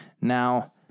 Now